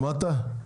שמעת,